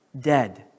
dead